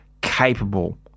capable